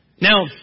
Now